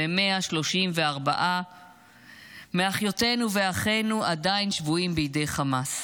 ו-134 מאחיותינו ואחינו עדיין שבויים בידי חמאס.